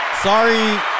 Sorry